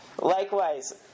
Likewise